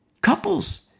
Couples